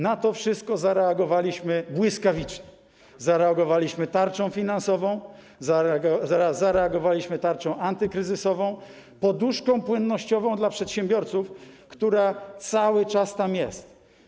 Na to wszystko zareagowaliśmy błyskawicznie, zareagowaliśmy tarczą finansową, zareagowaliśmy tarczą antykryzysową, poduszką płynnościową dla przedsiębiorców, która cały czas tam jest.